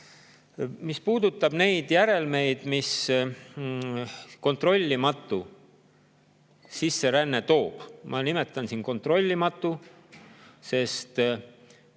Mis puudutab neid järelmeid, mida kontrollimatu sisseränne kaasa toob – ma nimetan seda kontrollimatuks, sest